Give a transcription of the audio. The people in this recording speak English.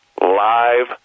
live